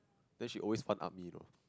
then she always one up me though